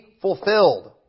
fulfilled